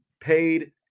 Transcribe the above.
paid